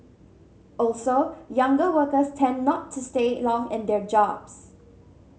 also younger workers tend not to stay long in their jobs